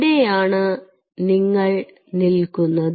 ഇവിടെയാണ് നിങ്ങൾ നിൽക്കുന്നത്